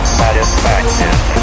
satisfaction